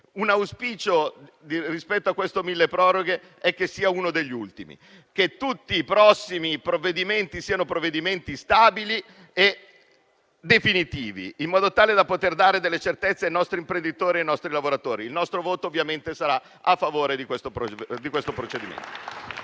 un auspicio rispetto a questo milleproroghe è che sia uno degli ultimi; che tutti i prossimi provvedimenti siano stabili e definitivi, in modo tale da poter dare certezze ai nostri imprenditori e ai nostri lavoratori. Il nostro voto sarà ovviamente a favore di questo provvedimento.